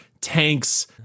tanks